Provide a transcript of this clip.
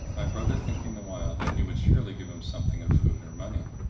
my brother thinking the while that he would surely give him something of food or money.